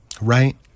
Right